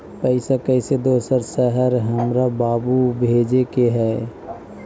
पैसा कैसै दोसर शहर हमरा बाबू भेजे के है?